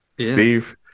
Steve